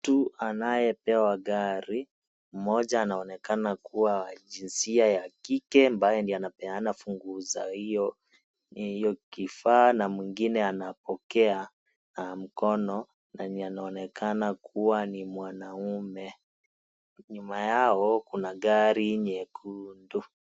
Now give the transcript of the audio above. Mtu anayepewa gari mmoja anaonekana kua jinsia ya kike ambaye ndio anapeana funguo za hiyo kifaa na mwingine anapokea na mkono mwenye anaonekana kuwa ni mwanaume, nyuma yao kuna gari nyekundu.